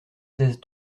seize